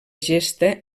gesta